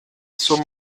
zur